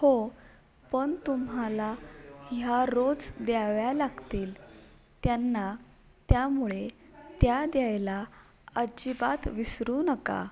हो पण तुम्हाला ह्या रोज द्याव्या लागतील त्यांना त्यामुळे त्या द्यायला अजिबात विसरू नका